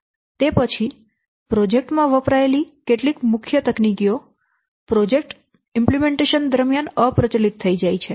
તે પછી પ્રોજેક્ટ માં વપરાયેલી કેટલીક મુખ્ય તકનીકીઓ પ્રોજેક્ટ અમલ દરમિયાન અપ્રચલિત થઈ જાય છે